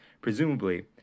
Presumably